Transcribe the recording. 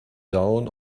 down